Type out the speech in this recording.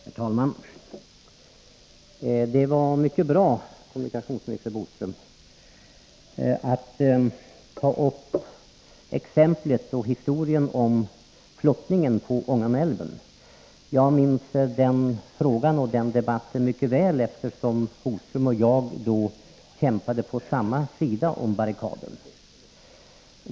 Herr talman! Det var mycket bra av kommunikationsminister Boström att ta upp historien om flottningen på Ångermanälven. Jag minns den debatten mycket väl, eftersom vi båda då kämpade på samma sida om barrikaden.